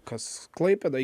kas klaipėdoje